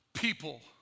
people